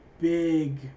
big